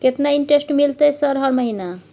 केतना इंटेरेस्ट मिलते सर हर महीना?